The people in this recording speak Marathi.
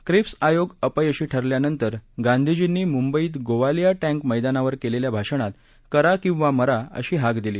क्रिप्स आयोग अपयशी ठरल्यानंतर गांधीजींनी मुंबईत गोवालिया टँक मैदानावर केलेल्या भाषणात करा किंवा मरा अशी हाक दिली